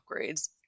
upgrades